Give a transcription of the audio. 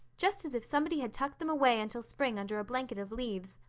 just as if somebody had tucked them away until spring under a blanket of leaves.